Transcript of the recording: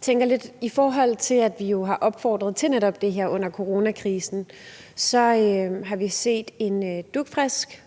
talen. I forhold til at vi jo netop har opfordret til det her under coronakrisen, så har vi set en dugfrisk